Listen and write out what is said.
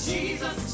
Jesus